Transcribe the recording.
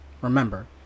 Remember